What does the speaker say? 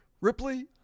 Ripley